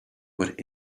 but